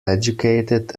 educated